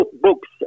books